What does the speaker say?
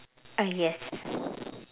uh yes